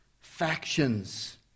factions